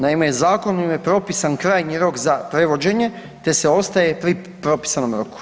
Naime, Zakonom je propisan krajnji rok za prevođenje te se ostaje pri propisanom roku.